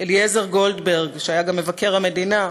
אליעזר גולדברג, שהיה גם מבקר המדינה,